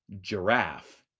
giraffe